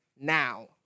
now